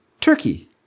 Turkey